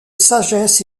sagesse